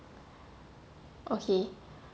okay